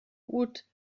gut